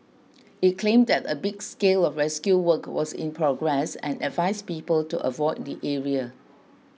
it claimed that a big scale of rescue work was in progress and advised people to avoid the area